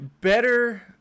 Better